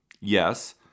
Yes